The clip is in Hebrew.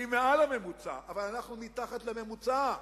והיא מעל לממוצע, אבל אנחנו מתחת לממוצע.